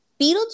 Beetlejuice